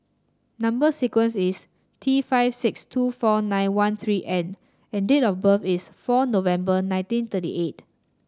number sequence is T five six two four nine one three N and and date of birth is four November nineteen thirty eight